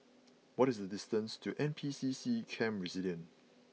what is the distance to N P C C Camp Resilience